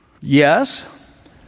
yes